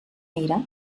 mira